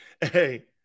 Hey